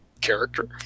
character